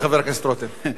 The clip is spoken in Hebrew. אדוני היושב-ראש,